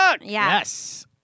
Yes